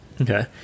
Okay